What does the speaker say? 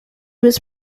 was